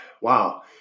wow